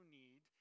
need